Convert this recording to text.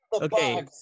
okay